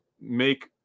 make